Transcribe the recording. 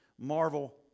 Marvel